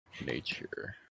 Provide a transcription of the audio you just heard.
Nature